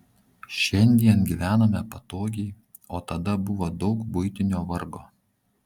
šiandien gyvename patogiai o tada buvo daug buitinio vargo